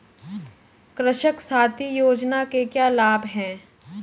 कृषक साथी योजना के क्या लाभ हैं?